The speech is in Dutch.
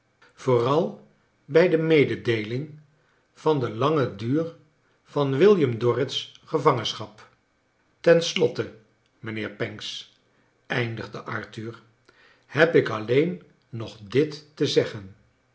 vooral bij de mededeeling van den langen duur van william dorrit s gevangenschap ten slotte mijnheer pancks eindigde arthur heb ik alleen nog dit te zeggen